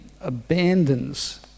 abandons